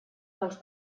dels